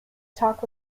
talk